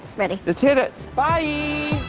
ready. let's hit it. bye!